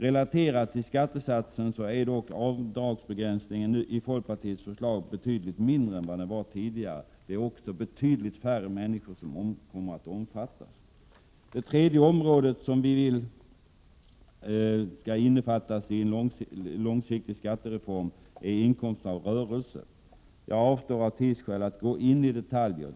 Relaterad till skattesatsen är dock avdragsbegränsningen i folkpartiets förslag betydligt mindre än den var tidigare — det är också betydligt färre människor som kommer att omfattas. Det tredje området som vi vill skall innefattas i en långsiktig skattereform är inkomst av rörelse. Jag avstår av tidsskäl från att gå in på detaljer.